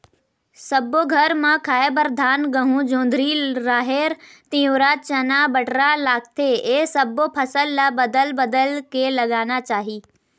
सब्बो घर म खाए बर धान, गहूँ, जोंधरी, राहेर, तिंवरा, चना, बटरा लागथे ए सब्बो फसल ल बदल बदल के लगाना चाही